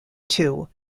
two